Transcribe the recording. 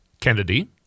Kennedy